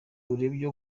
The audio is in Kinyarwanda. urebye